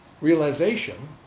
realization